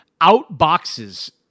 outboxes